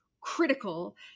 critical